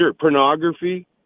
Pornography